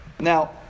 Now